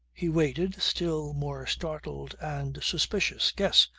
he waited, still more startled and suspicious. guess!